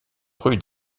rue